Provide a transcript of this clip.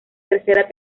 tercera